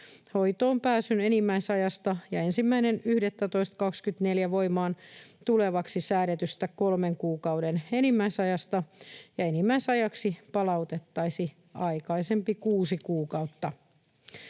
hoitoon pääsyn enimmäisajasta ja 1.11.24 voimaan tulevaksi säädetystä kolmen kuukauden enimmäisajasta ja enimmäisajaksi palautettaisiin aikaisempi kuusi kuukautta.